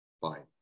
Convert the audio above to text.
fine